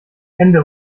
hände